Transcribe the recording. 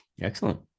excellent